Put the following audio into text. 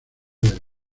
del